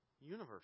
universe